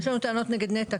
יש לנו טענות נגד נת"ע,